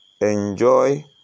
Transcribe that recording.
enjoy